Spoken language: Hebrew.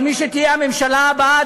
אבל מי שתהיה הממשלה הבאה,